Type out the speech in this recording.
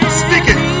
speaking